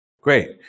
Great